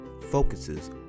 focuses